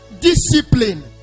discipline